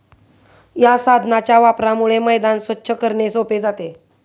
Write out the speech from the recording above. या साधनाच्या वापरामुळे मैदान स्वच्छ करणे सोपे जाते